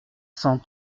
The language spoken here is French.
cent